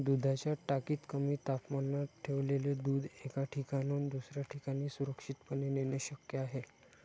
दुधाच्या टाकीत कमी तापमानात ठेवलेले दूध एका ठिकाणाहून दुसऱ्या ठिकाणी सुरक्षितपणे नेणे शक्य आहे